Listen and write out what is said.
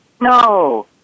no